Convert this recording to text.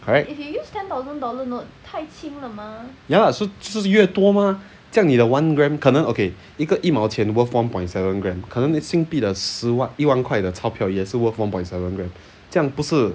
correct ya lah 就是越多吗这样你的 one gram 可能 okay 一个一毛钱 worth one point seven gram 可能新币的十万一万块的钞票也 worth one point seven gram 这样不是